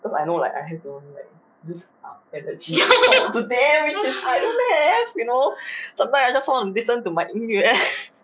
cause I know like I have to use up energy to talk to them which is I don't have you know sometimes I just want to listen to my E_D_M